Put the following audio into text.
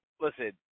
listen